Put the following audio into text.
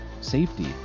safety